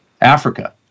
Africa